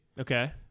Okay